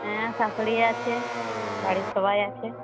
হ্যাঁ শাশুড়ি আছে বাড়ির সবাই আছে